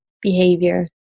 behavior